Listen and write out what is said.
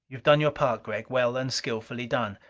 you have done your part, gregg. well and skillfully done.